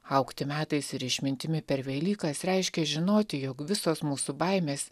augti metais ir išmintimi per velykas reiškia žinoti jog visos mūsų baimės